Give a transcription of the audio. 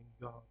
God